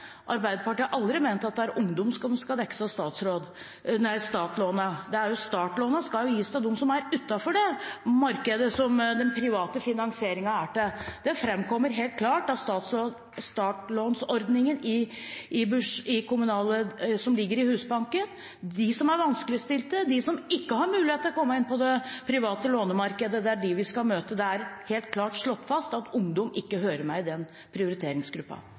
Arbeiderpartiet har aldri ment at det er ungdom som skal dekkes av startlånet. Startlånet skal gis til dem som er utenfor det markedet som den private finansieringen er til. Det framkommer helt klart av startlånsordningen i Husbanken at de som er vanskeligstilt, de som ikke har mulighet til å komme inn på det private lånemarkedet, er de vi skal møte. Det er helt klart slått fast at ungdom ikke hører med i den